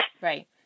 Right